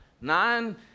Nine